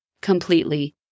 completely